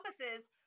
compasses